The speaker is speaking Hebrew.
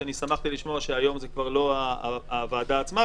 שמחתי לשמוע שהיום זה כבר לא הוועדה עצמה,